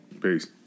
peace